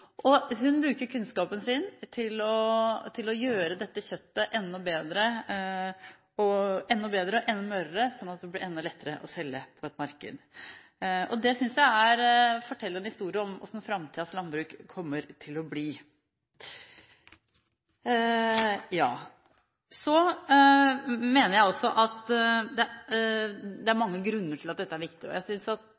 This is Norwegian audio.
bruker kunnskapen sin til å gjøre dette kjøttet enda bedre og enda mørere, slik at det vil bli enda lettere å selge på et marked. Det synes jeg forteller en historie om hvordan framtidens landbruk kommer til å bli. Jeg mener at det er mange grunner til at dette er viktig. Jeg synes at